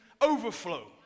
overflow